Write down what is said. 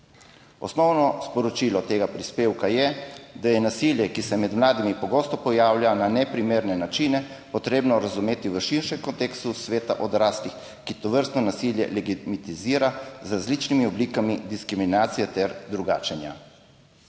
Osnovno sporočilo tega prispevka je, da je nasilje, ki se med mladimi pogosto pojavlja na neprimerne načine, potrebno razumeti v širšem kontekstu sveta odraslih, ki tovrstno nasilje legitimizira z različnimi oblikami diskriminacije ter drugačenja.«